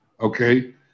okay